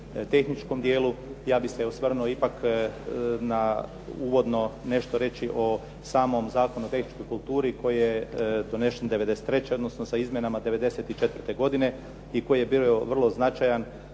tehničkom dijelu. Ja bih se osvrnuo ipak na uvodno nešto reći o samom Zakonu o tehničkoj kulturi koji je donesen '93., odnosno sa izmjenama '94. godine i koji je bio vrlo značajan